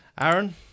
Aaron